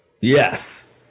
Yes